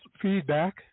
feedback